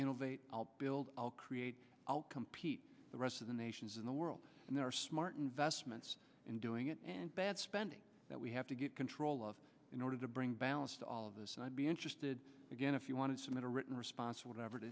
innovate help build i'll create outcompete the rest of the nations in the world and there are smart investments in doing it and bad spending that we have to get control of in order to bring balance to all of us and i'd be interested again if you want to submit a written response or whatever